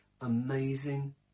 amazing